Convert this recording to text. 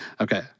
Okay